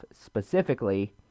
specifically